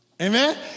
Amen